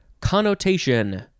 Connotation